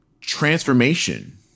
transformation